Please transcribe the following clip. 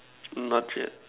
not yet